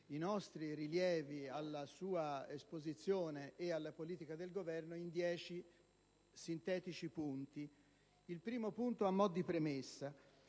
i nostri rilievi alla sua esposizione e alla politica del Governo in dieci punti. Il primo punto, a mo' di premessa.